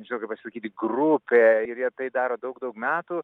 nežinau kaip pasisakyti grupė ir jie tai daro daug daug metų